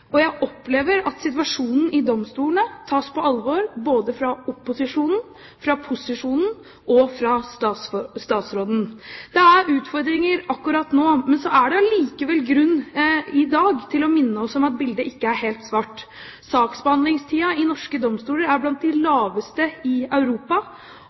og jeg opplever at situasjonen i domstolene tas på alvor både fra opposisjonen, fra posisjonen og fra statsråden. Det er utfordringer akkurat nå, men så er det allikevel grunn i dag til å minne oss om at bildet ikke er helt svart. Saksbehandlingstiden i norske domstoler er blant de laveste i Europa,